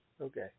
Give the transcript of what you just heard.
Okay